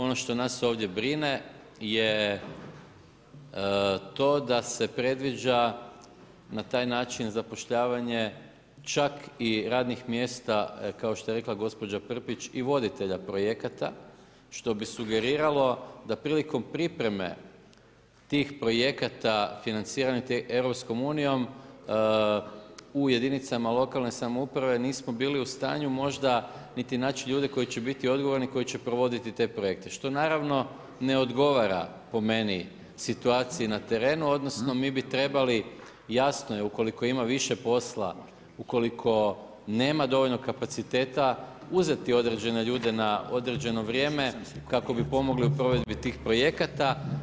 Ono što nas ovdje brine je to da se predviđa na taj način zapošljavanje čak i radnih mjesta kao što je rekla gospođa Prpić i voditelja projekata što bi sugeriralo da prilikom pripreme tih projekata financiranja Europskom unijom u jedinicama lokalne samouprave nismo bili u stanju možda niti naći ljude koji će biti odgovorni, koji će provoditi te projekte što naravno ne odgovara po meni situaciji na terenu, odnosno mi bi trebali jasno ukoliko ima više posla, ukoliko nema dovoljno kapaciteta uzeti određene ljude na određeno vrijeme kako bi pomogli u provedbi tih projekata.